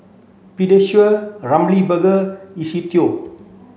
Pediasure Ramly Burger Istudio